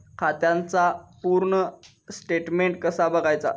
खात्याचा पूर्ण स्टेटमेट कसा बगायचा?